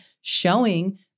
showing